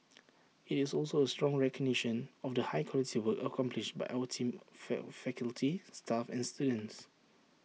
IT is also A strong recognition of the high quality work accomplished by our team fact faculty staff and students